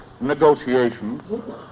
negotiations